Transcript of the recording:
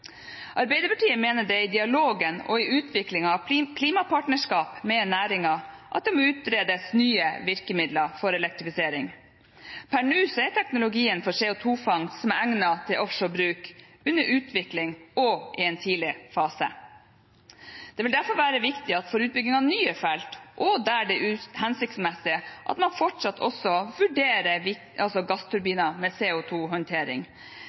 Arbeiderpartiet mener det er i dialogen og utviklingen av klimapartnerskap med næringen at det må utredes nye virkemidler for elektrifisering. Per nå er teknologien for CO 2 -fangst som er egnet til offshore-bruk, under utvikling og i en tidlig fase. Det vil derfor være viktig for utbygging av nye felt og der det er hensiktsmessig, at man fortsatt også vurderer